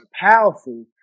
powerful